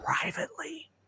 privately